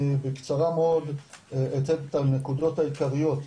אני בקצרה מאוד אתן את הנקודות העיקריות.